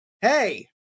Hey